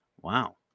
Wow